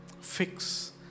fix